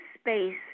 space